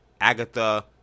Agatha